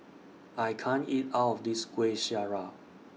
I can't eat All of This Kueh Syara